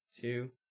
two